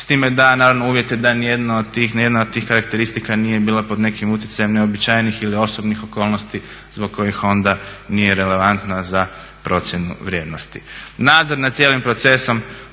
s time da je uvjet da nijedna od tih karakteristika nije bila pod nekim utjecajem neuobičajenih ili osobnih okolnosti zbog kojih onda nije relevantna za procjenu vrijednosti. Nadzor nad cijelim procesom